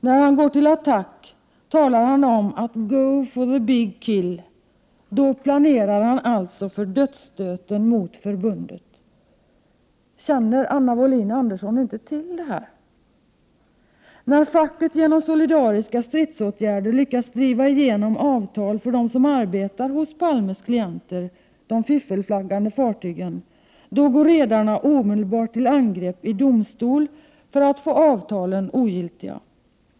När han går till attack talar han om att ”go for the big kill” — då planerar han alltså för dödsstöten mot förbundet. Känner Anna Wohlin-Andersson inte till det här? När facket genom solidariska stridsåtgärder lyckats driva igenom avtal för dem som arbetar hos Palmes klienter — de fiffelflaggande fartygen — går redarna omedelbart till angrepp i domstol för att få avtalen ogiltiga.